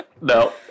No